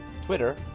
Twitter